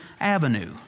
avenue